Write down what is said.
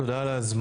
תודה על ההזמנה,